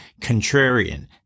contrarian